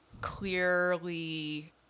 clearly